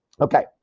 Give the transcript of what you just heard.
Okay